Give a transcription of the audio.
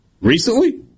Recently